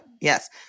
Yes